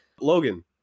Logan